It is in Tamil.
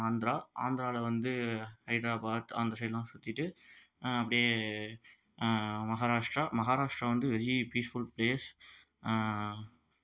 ஆந்திரா ஆந்திராவுல வந்து ஹைதராபாத் அந்த சைடெலாம் சுற்றிட்டு அப்படியே மகாராஷ்ட்ரா மஹாராஷ்ட்ரா வந்து வெரி பீஸ்ஃபுல் ப்ளேஸ்